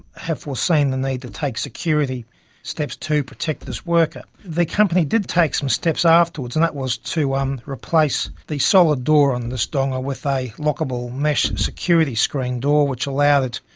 have foreseen the need to take security steps to protect this worker. the company did take some steps afterwards, and that was to um replace the solid door on this donga with a lockable mesh security screen door which allowed,